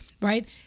right